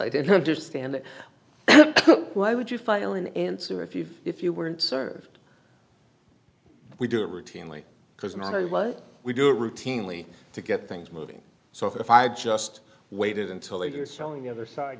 i didn't understand it why would you file an answer if you if you weren't served we do it routinely because military what we do routinely to get things moving so if i just waited until later showing the other side